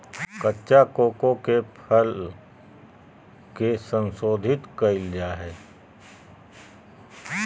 कच्चा कोको के फल के संशोधित कइल जा हइ